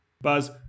buzz